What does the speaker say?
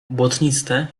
błotniste